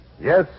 Yes